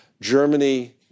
Germany